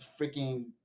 freaking